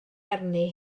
arni